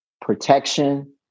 protection